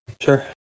Sure